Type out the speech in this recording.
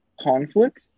conflict